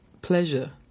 pleasure